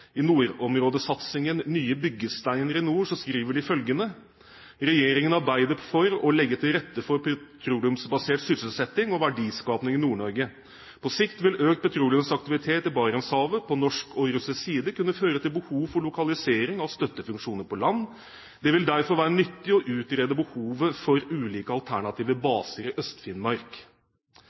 I nordområdesatsingen Nye byggesteiner i nord skriver de følgende: «Regjeringen arbeider for å legge til rette for petroleumsbasert sysselsetting og verdiskapning i Nord-Norge. På sikt vil økt petroleumsaktivitet i Barentshavet på norsk og russisk side kunne føre til behov for lokalisering av støttefunksjoner på land. Det vil derfor være nyttig å utrede behovet for ulike alternative baser i